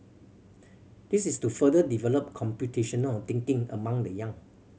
this is to further develop computational thinking among the young